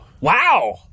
Wow